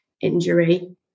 injury